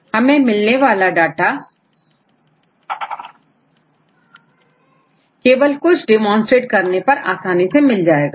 अब हमें मिलने वाला डाटा केवल कुछ डेमोंस्ट्रेट करने पर आसानी से मिल जाएगा